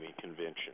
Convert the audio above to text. convention